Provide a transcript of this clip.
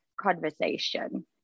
conversation